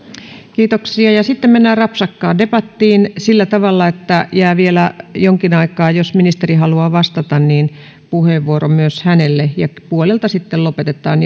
ja sitten mennään rapsakkaan debattiin sillä tavalla että jää vielä jonkin aikaa jos ministeri haluaa vastata niin puheenvuoro myös hänelle ja puolelta sitten lopetetaan